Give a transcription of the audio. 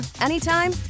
anytime